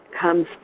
comes